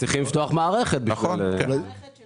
המערכת של